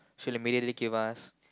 so